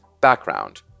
background